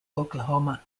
oklahoma